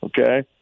okay